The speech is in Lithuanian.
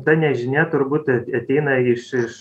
ta nežinia turbūt ateina iš iš